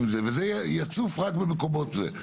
וזה יצוף רק במקומות זה.